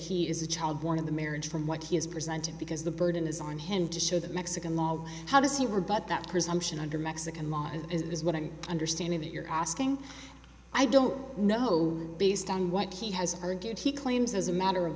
he is a child born of the marriage from what he has presented because the burden is on him to show the mexican law how does he were but that presumption under mexican law is what i'm understanding that you're asking i don't know based on what he has argued he claims as a matter of